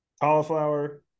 cauliflower